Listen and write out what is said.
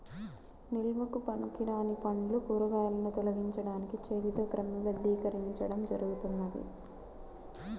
నిల్వకు పనికిరాని పండ్లు, కూరగాయలను తొలగించడానికి చేతితో క్రమబద్ధీకరించడం జరుగుతుంది